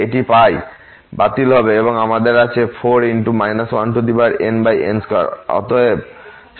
এটি বাতিল হবে এবং আমাদের আছে 4 1nn2